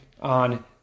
on